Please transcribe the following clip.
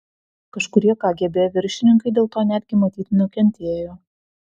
kažkurie kgb viršininkai dėl to netgi matyt nukentėjo